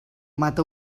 mata